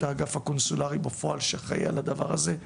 האגף הקונסולרי בפועל שאחראית על הדבר הזה,